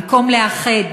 במקום לאחד,